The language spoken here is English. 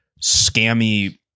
scammy